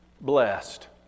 blessed